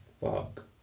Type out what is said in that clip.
fuck